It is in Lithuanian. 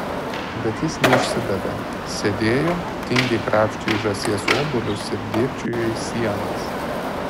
bet jis neišsidavė sėdėjo tingiai krapštė iš žąsies obuolius ir dėbčiojo į sienas